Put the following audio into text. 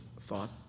thought